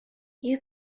you